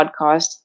podcast